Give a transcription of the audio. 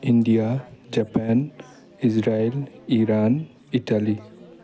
India Japan Israel Iran Italy